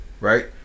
right